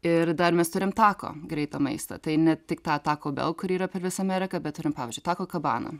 ir dar mes turim taco greitą maistą tai ne tik tą taco bell kur yra per visą ameriką bet turim pavyzdžiui taco cabana